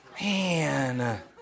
Man